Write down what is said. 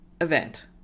event